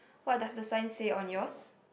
what does the sign say on yours